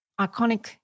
iconic